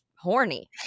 horny